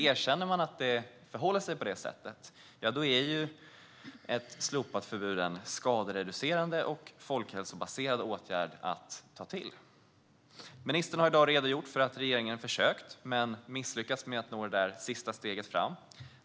Erkänner man att det förhåller sig på det sättet är ett slopat förbud en skadereducerande och folkhälsobaserad åtgärd att ta till. Ministern har i dag redogjort för att regeringen försökt men misslyckats med att nå det där sista steget fram.